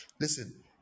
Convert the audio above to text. Listen